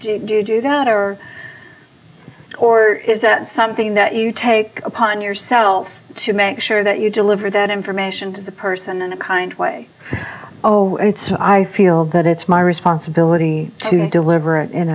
you do that or or is that something that you take upon yourself to make sure that you deliver that information to the person in a kind way oh i feel that it's my responsibility to deliver it in